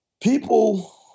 people